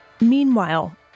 Meanwhile